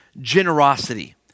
generosity